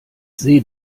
seh